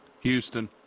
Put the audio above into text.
Houston